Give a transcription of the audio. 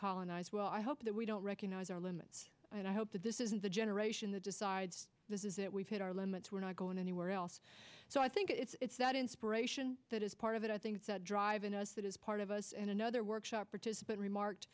colonize well i hope that we don't recognize our limits and i hope that this the generation that decides that we've hit our limits we're not going anywhere else so i think it's that inspiration that is part of it i think that drive in us that is part of us and another workshop participant remarked